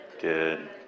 Good